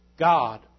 God